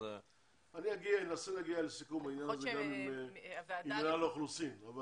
אני אנסה להגיע לסיכום בעניין הזה גם עם מינהל האוכלוסין.